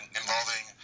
involving